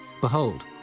Behold